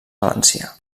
valencià